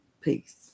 Peace